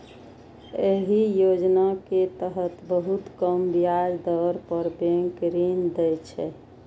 एहि योजना के तहत बहुत कम ब्याज दर पर बैंक ऋण दै छै